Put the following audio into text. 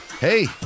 hey